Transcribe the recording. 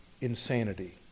insanity